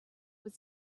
was